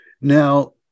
Now